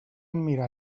mirar